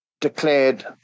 declared